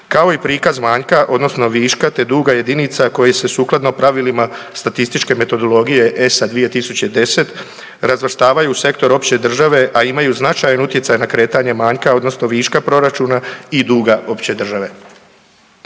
kao i prikaz manjka odnosno viška, te duga jedinica koje se sukladno pravilima statističke metodologije ESA 2010 razvrstavaju u sektor opće države, a imaju značajan utjecaj na kretanje manjka odnosno viška proračuna i duga opće države.